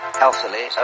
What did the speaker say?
healthily